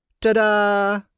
Ta-da